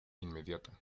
inmediata